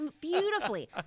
beautifully